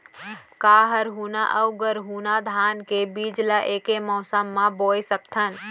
का हरहुना अऊ गरहुना धान के बीज ला ऐके मौसम मा बोए सकथन?